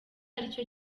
aricyo